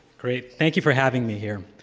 great, thank you for having me here.